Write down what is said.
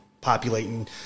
populating